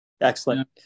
Excellent